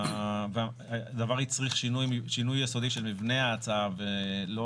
הדבר הצריך שינוי יסודי של מבנה ההצעה ולא